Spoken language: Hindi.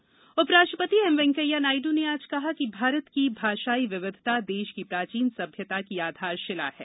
नायडु मातृ भाषा उपराष्ट्रपति एम वेंकैया नायडू ने आज कहा कि भारत की भाषायी विविधता देश की प्राचीन सभ्यता की आधारशिला है